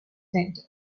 centre